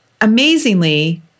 amazingly